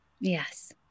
Yes